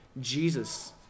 Jesus